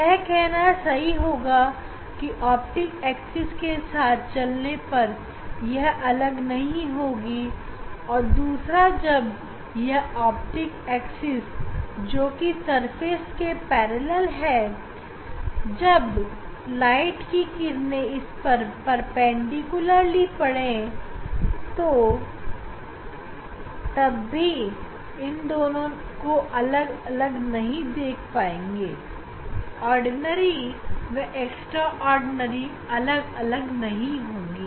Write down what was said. तो यह कहना सही होगा कि ऑप्टिक एक्सिस के साथ चलने पर यह अलग नहीं होंगी और दूसरा जब यह ऑप्टिक एक्सिस जोकि सरफेस के पैरेलल है जब लाइट की किरण इस पर परपेंडिकुलर ली पड़ेगी तो तब भी हम इन दोनों को अलग अलग नहीं देख पाएंगे और ऑर्डिनरी व एक्स्ट्राऑर्डिनरी अलग अलग नहीं होंगी